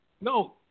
No